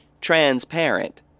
transparent